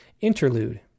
Interlude